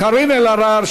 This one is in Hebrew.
קארין אלהרר,